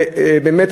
ובאמת,